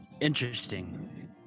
interesting